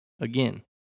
again